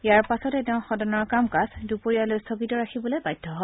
ইয়াৰ পাছতে তেওঁ সদনৰ কামকাজ দুপৰীয়ালৈ স্থগিত ৰাখিবলৈ বাধ্য হয়